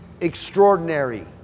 extraordinary